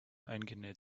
eingenäht